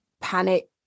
panic